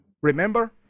Remember